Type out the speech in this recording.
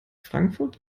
frankfurt